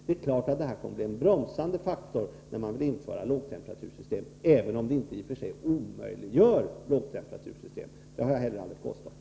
Det är klart att detta blir en bromsande faktor när man vill införa lågtemperatursystem, även om lågtemperatursystem inte i och för sig omöjliggörs, vilket jag heller aldrig påstått.